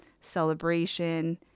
celebration